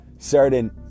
certain